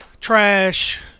trash